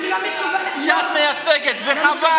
אני לא מתכוונת, ערכים שאת מייצגת, וחבל.